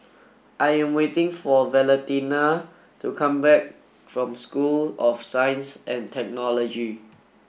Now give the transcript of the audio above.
I am waiting for Valentina to come back from School of Science and Technology